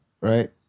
right